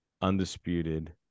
undisputed